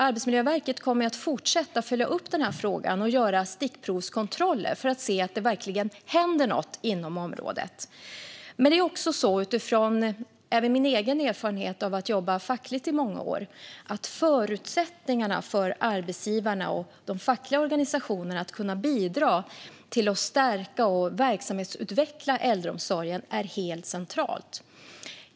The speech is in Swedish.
Arbetsmiljöverket kommer att fortsätta att följa upp frågan och göra stickprovskontroller för att se att det verkligen händer något inom området. Även av min egen erfarenhet av att jobba fackligt i många år vet jag att förutsättningarna för arbetsgivarna och de fackliga organisationerna att kunna bidra till att stärka och verksamhetsutveckla äldreomsorgen är helt centrala.